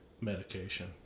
medication